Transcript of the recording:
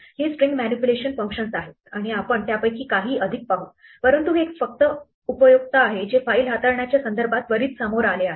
ही string manipulation functions आहेत आणि आम्ही त्यापैकी काही अधिक पाहू परंतु हे फक्त उपयुक्त आहे जे फाईल हाताळण्याच्या संदर्भात त्वरित समोर आले आहे